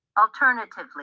Alternatively